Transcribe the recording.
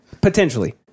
potentially